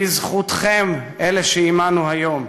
בזכותכם, אלה שעמנו היום,